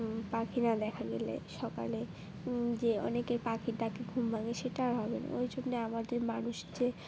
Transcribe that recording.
পাখি না দেখা গেলে সকালে যে অনেকের যে পাখির ডাকে ঘুম ভাঙে সেটা আর হবে না ওই জন্যে আমাদের মানুষ যে